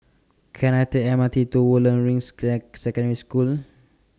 Can I Take M R T to Woodlands Ring Secondary School